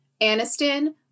Aniston